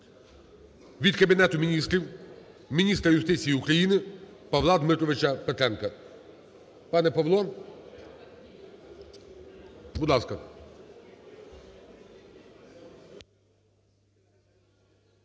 від Кабінету Міністрів міністра юстиції України Павла Дмитровича Петренка. Пане Павло, будь ласка.